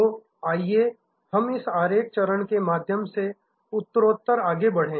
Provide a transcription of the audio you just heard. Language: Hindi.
तो आइए हम इस आरेख चरण के माध्यम से उत्तरोत्तर आगे बढ़े